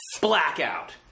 Blackout